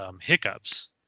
hiccups